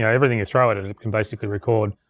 yeah everything you throw at it, it can basically record.